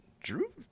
Drew